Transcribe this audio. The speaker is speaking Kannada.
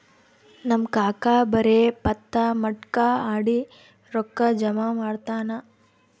ನಮ್ ಕಾಕಾ ಬರೇ ಪತ್ತಾ, ಮಟ್ಕಾ ಆಡಿ ರೊಕ್ಕಾ ಜಮಾ ಮಾಡ್ತಾನ